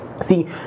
See